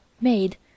made